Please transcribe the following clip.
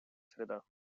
среда